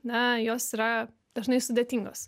na jos yra dažnai sudėtingos